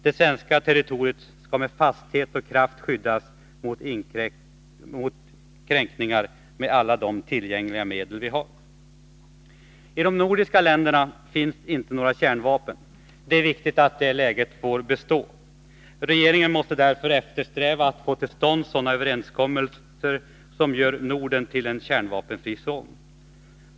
Det svenska territoriet skall med fasthet och kraft skyddas mot kränkningar med alla tillgängliga medel. I de nordiska länderna finns inte några kärnvapen. Det är viktigt att detta läge består. Regeringen måste därför eftersträva att få till stånd överenskommelser som gör Norden till en kärnvapenfri zon.